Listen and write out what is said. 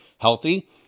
healthy